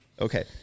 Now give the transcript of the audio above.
Okay